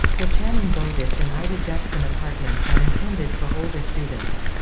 the channing-bowditch and ida jackson apartments are intended for older students.